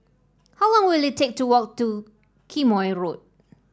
how long will it take to walk to Quemoy Road